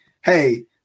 hey